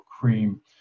cream